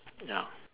ya